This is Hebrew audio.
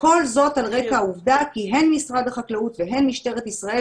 כל זאת על רקע העובדה כי הן משרד החקלאות והן משטרת ישראל